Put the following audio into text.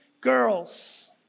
girls